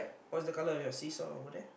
what's the colour of your see-saw over there